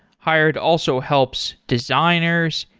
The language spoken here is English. hired also helps designers,